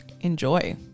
Enjoy